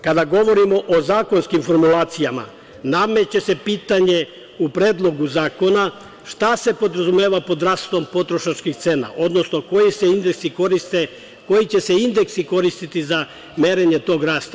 Kada govorimo o zakonskim formulacijama, nameće se pitanje u predlogu zakona, šta se podrazumeva pod rastom potrošačkih cena, odnosno koji se indeksi koriste, koji će se indeksi koristiti za merenje tog rasta?